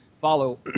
follow